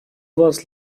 was